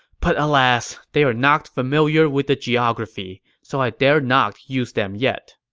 but alas, they are not familiar with the geography, so i dare not use them yet.